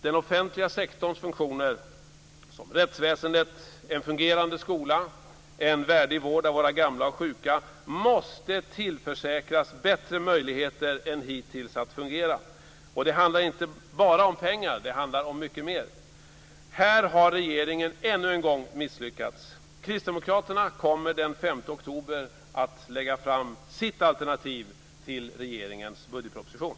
Den offentliga sektorns funktioner som rättsväsendet, en fungerande skola, en värdig vård av våra gamla och sjuka, måste tillförsäkras bättre möjligheter än hittills att fungera. Det handlar inte bara om pengar, det handlar om mycket mer. Här har regeringen ännu en gång misslyckats. Kristdemokraterna kommer den 5 oktober att lägga fram sitt alternativ till regeringens budgetproposition.